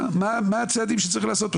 מה הצעדים שצריך לעשות.